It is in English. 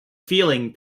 feeling